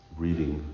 reading